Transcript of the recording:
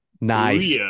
nice